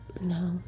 no